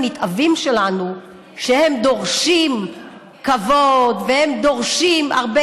משפט סיכום, בבקשה, גברתי.